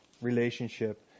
relationship